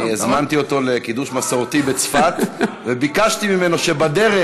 הזמנתי אותו לקידוש מסורתי בצפת וביקשתי ממנו שבדרך